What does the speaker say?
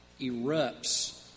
erupts